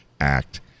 act